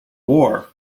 war